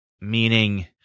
meaning